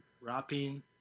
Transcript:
rapping